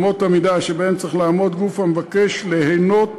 אמות המידה שבהם צריך לעמוד גוף המבקש ליהנות